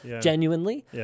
genuinely